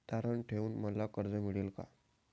तारण ठेवून मला कर्ज मिळेल का?